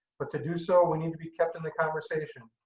but to do so, we need to be kept in the conversation.